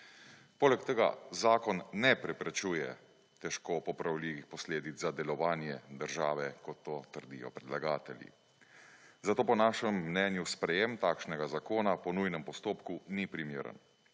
Poleg tega zakon ne preprečuje težko popravljivih posledic za delovanje države kot to trdijo predlagatelji. Zato po našem mnenju sprejem takšnega zakona po nujnem postopku ni primeren.